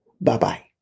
Bye-bye